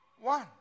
one